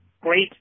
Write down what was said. Great